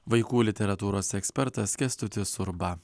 vaikų literatūros ekspertas kęstutis urba